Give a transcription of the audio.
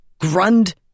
Grund